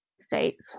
States